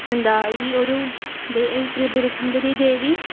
എന്താണ് ഈ ഒരു ദേ ത്രിപുര സുന്ദരി ദേവി